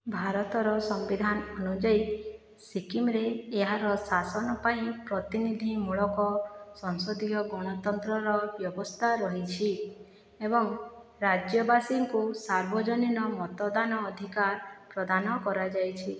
ଭାରତର ସମ୍ବିଧାନ ଅନୁଯାୟୀ ସିକ୍କିମରେ ଏହାର ଶାସନ ପାଇଁ ପ୍ରତିନିଧି ମୂଳକ ସଂସଦୀୟ ଗଣତନ୍ତ୍ରର ବ୍ୟବସ୍ଥା ରହିଛି ଏବଂ ରାଜ୍ୟବାସୀଙ୍କୁ ସାର୍ବଜନୀନ ମତଦାନ ଅଧିକାର ପ୍ରଦାନ କରାଯାଇଛି